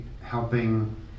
helping